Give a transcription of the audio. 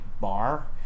bar